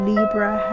Libra